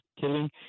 killing